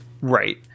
right